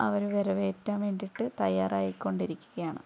അവരെ വരവേൽക്കാൻ വേണ്ടിയിട്ട് തയ്യാറായിക്കൊണ്ടിരിക്കുകയാണ്